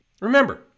Remember